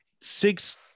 six